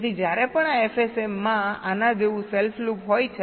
તેથી જ્યારે પણ આ FSM માં આના જેવું સેલ્ફ લૂપ હોય છે